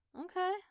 Okay